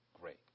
Great